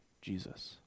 Jesus